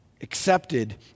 accepted